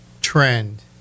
trend